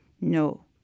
no